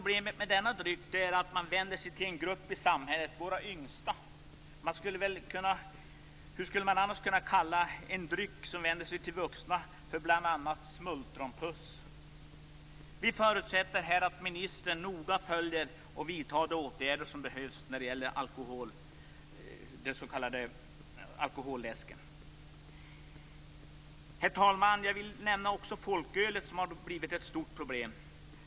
Bekymret med denna dryck är att den vänder sig mot gruppen av våra yngsta i samhället. Kan en dryck som bl.a. kallas Smultronpuss vända sig till vuxna? Vi förutsätter att ministern noga följer alkoläskfrågan och vidtar de åtgärder som behöver vidtas. Herr talman! Jag vill också nämna folkölet, som har blivit ett stort problem.